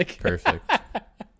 Perfect